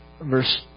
verse